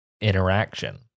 interaction